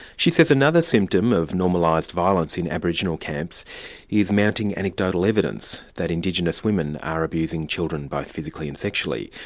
she says another symptom of normalised violence in aboriginal camps is mounting anecdotal evidence that indigenous women are abusing children both physically and sexually,